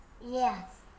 Yes